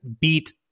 beat